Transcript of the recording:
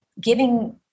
giving